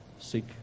seek